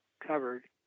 covered